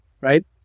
right